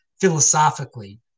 philosophically